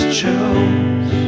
chose